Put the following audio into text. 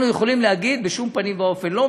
אנחנו יכולים להגיד: בשום פנים ואופן לא,